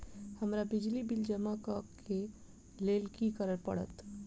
हमरा बिजली बिल जमा करऽ केँ लेल की करऽ पड़त?